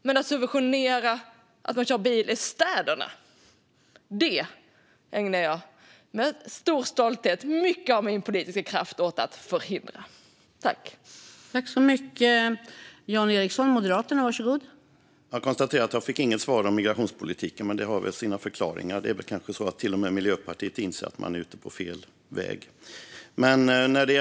Men jag ägnar med stor stolthet mycket av min politiska kraft åt att förhindra att bilkörning i städerna subventioneras.